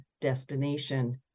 destination